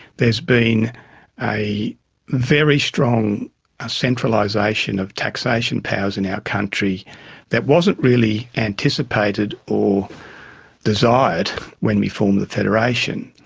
there has been a very strong centralisation of taxation powers in our country that wasn't really anticipated or desired when we formed the federation.